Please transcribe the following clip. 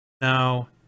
Now